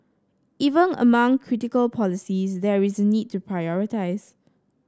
even among critical policies there is a need to prioritise